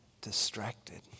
distracted